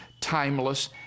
timeless